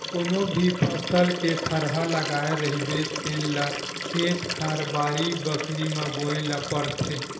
कोनो भी फसल के थरहा लगाए रहिबे तेन ल खेत खार, बाड़ी बखरी म बोए ल परथे